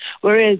whereas